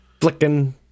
flicking